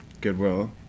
goodwill